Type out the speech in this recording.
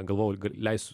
galvojau gal leis